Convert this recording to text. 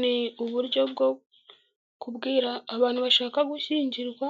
Ni uburyo bwo kubwira abantu bashaka gushyingirwa